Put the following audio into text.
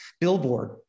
Billboard